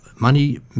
Money